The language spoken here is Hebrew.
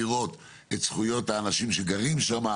לראות את זכויות האנשים שגרים שם,